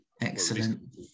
Excellent